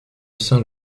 saint